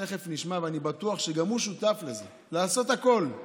שתכף נשמע, ואני בטוח שגם הוא שותף לזה, על מנת